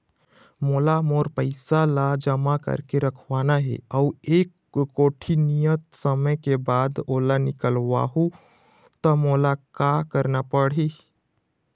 मोला मोर पैसा ला जमा करके रखवाना हे अऊ एक कोठी नियत समय के बाद ओला निकलवा हु ता मोला का करना पड़ही?